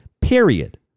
period